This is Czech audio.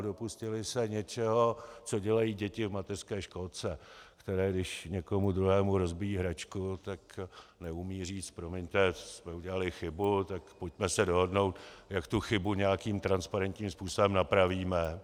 Dopustili se něčeho, co dělají děti v mateřské školce, které když někomu druhému rozbijí hračku, tak neumějí říct promiňte, udělali jsme chybu, tak pojďme se dohodnout, jak tu chybu nějakým transparentním způsobem napravíme.